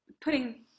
putting